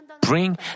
bring